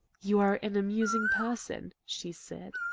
you are an amusing person, she said.